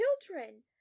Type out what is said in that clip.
children